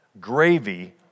gravy